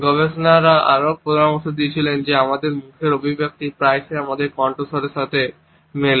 গবেষকরা আরও পরামর্শ দিয়েছেন যে আমাদের মুখের অভিব্যক্তি প্রায়শই আমাদের কণ্ঠস্বরের সাথে মেলে